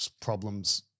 problems